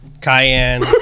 Cayenne